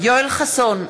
יואל חסון,